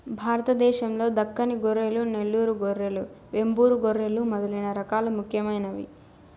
భారతదేశం లో దక్కని గొర్రెలు, నెల్లూరు గొర్రెలు, వెంబూరు గొర్రెలు మొదలైన రకాలు ముఖ్యమైనవి